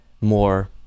more